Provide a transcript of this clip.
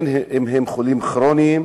בין אם הם חולים כרוניים